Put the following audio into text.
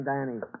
Danny